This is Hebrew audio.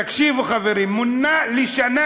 תקשיבו, חברים, מונה לשנה,